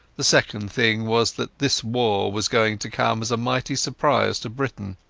the second thing was that this war was going to come as a mighty surprise to britain.